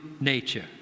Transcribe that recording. nature